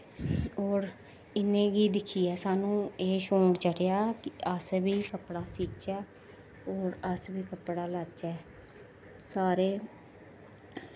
होर इ'नें गी दिक्खियै सानूं एह् शौंक चढ़ेआ कि अस बी कपड़ा सीचै होर अस बी कपड़ा लैचै सारे